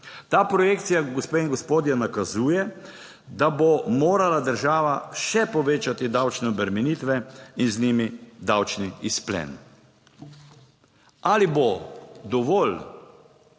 Ta projekcija, gospe in gospodje, nakazuje da bo morala država še povečati davčne obremenitve in z njimi davčni izplen. Ali bo dovolj